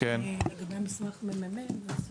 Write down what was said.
לגבי המסמך של הממ"מ, אז